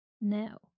Now